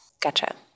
Gotcha